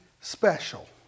special